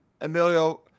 Emilio